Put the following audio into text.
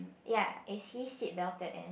ya is he seatbelted in